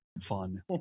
Fun